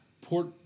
Port